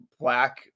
black